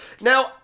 Now